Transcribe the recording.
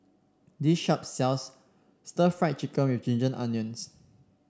this shop sells Stir Fried Chicken with Ginger Onions